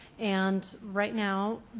and right now,